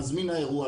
מזמין האירוע,